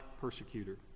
persecutor